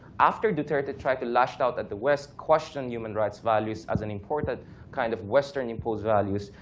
after duterte tried to lash out at the west, questioned human rights values as an imported kind of western imposed values,